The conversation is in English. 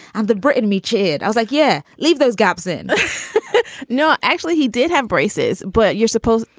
and the british army cheered. i was like, yeah, leave those gaps in no, actually, he did have braces but you're suppose,